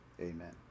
amen